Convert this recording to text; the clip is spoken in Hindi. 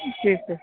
जी सर